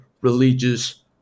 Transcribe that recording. religious